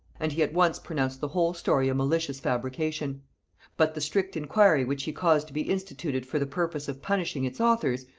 and he at once pronounced the whole story a malicious fabrication but the strict inquiry which he caused to be instituted for the purpose of punishing its authors,